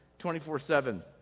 24-7